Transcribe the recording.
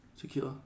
tequila